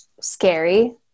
scary